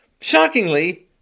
Shockingly